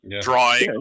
drawing